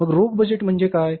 मग रोख बजेट म्हणजे काय